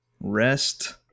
rest